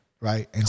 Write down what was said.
right